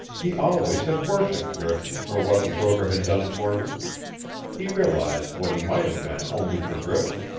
he always had worshiped griffin for what the broker had done for him he realized what he might have been only for griffin.